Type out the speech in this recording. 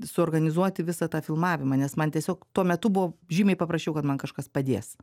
suorganizuoti visą tą filmavimą nes man tiesiog tuo metu buvo žymiai paprasčiau kad man kažkas padės